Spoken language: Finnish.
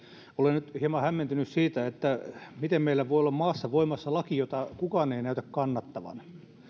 olen nyt hieman hämmentynyt siitä miten meillä voi olla maassa voimassa laki jota kukaan ei näytä kannattavan